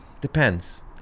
Depends